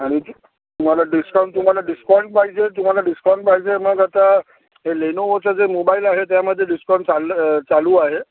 आणि तुम्हाला डिस्काउंट तुम्हाला डिस्काउंट पाहिजे तुम्हाला डिस्काउंट पाहिजे मग आता हे लेनोवोचे जे मोबाईल आहे त्यामध्ये डिस्काउंट चाललं चालू आहे